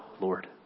Lord